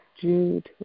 Jude